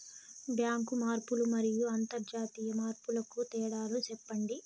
Bank మార్పులు మరియు అంతర్జాతీయ మార్పుల కు తేడాలు సెప్పండి?